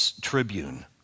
Tribune